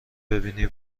ببینی